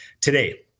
today